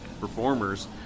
performers